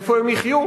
איפה הם יחיו?